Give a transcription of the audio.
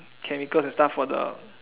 chemicals and stuff for the